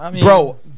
bro